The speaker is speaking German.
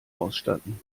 ausstatten